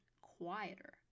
quieter